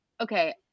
okay